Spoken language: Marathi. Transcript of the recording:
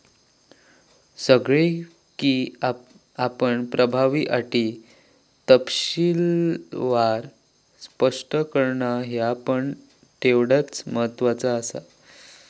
सगळे फी आणि प्रभावी अटी तपशीलवार स्पष्ट करणा ह्या पण तेवढाच महत्त्वाचा आसा